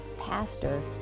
pastor